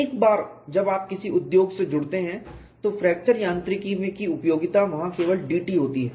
एक बार जब आप किसी उद्योग से जुड़ते हैं तो फ्रैक्चर यांत्रिकी की उपयोगिता वहाँ केवल DT होती है